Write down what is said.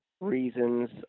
reasons